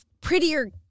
prettier